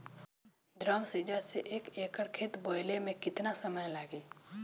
Drum seeder से एक एकड़ खेत बोयले मै कितना समय लागी?